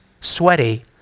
sweaty